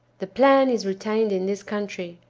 the plan is retained in this country,